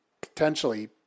potentially